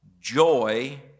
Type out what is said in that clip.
joy